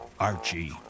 Archie